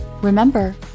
Remember